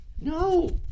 No